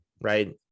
Right